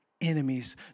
enemies